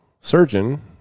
surgeon